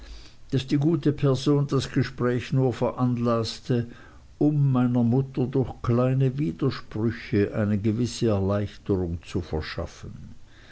daß die gute person das gespräch nur veranlaßte um meiner mutter durch kleine widersprüche eine gewisse erleichterung zu verschaffen